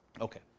Okay